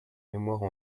mémoire